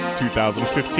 2015